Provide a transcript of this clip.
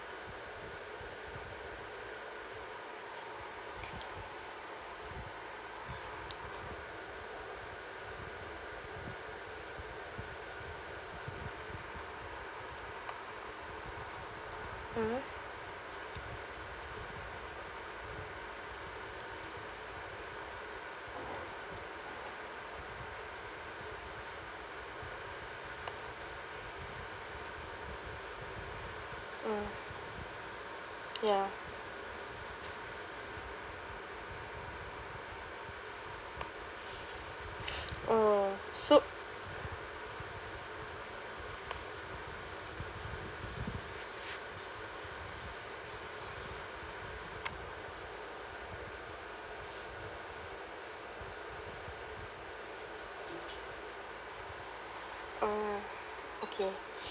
mhm mm ya oh so oh okay